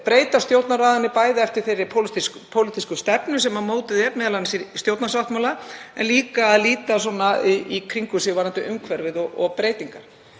breyta Stjórnarráðinu, bæði eftir þeirri pólitísku stefnu sem mótuð er, m.a. í stjórnarsáttmála, en líka að líta í kringum sig varðandi umhverfið og breytingar